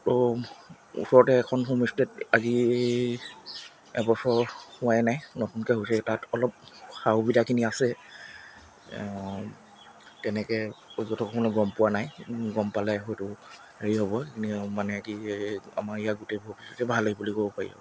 তো ওচৰতে এখন হোমষ্টে আজি এবছৰ হোৱাই নাই নতুনকৈ হৈছে তাত অলপ সা সুবিধাখিনি আছে তেনেকৈ পৰ্যটকসকলে গম পোৱা নাই গম পালে হয়তো হেৰি হ'ব সেইখিনি মানে কি আমাৰ ইয়াত গোটেইবোৰ এতিয়া ভালেই বুলি ক'ব পাৰি আৰু